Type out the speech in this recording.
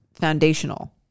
foundational